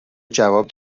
جواب